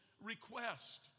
request